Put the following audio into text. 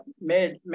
made